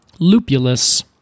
lupulus